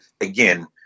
again